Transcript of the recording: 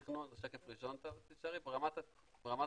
ברמת התכנון,